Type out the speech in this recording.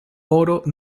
oro